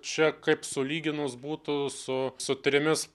čia kaip sulyginus būtų su su trimis